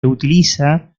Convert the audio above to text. utiliza